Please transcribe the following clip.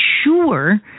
sure